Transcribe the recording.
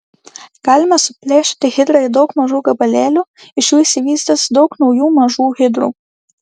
galime suplėšyti hidrą į daug mažų gabalėlių iš jų išsivystys daug naujų mažų hidrų